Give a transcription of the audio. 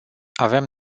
avem